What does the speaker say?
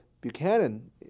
Buchanan